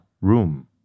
room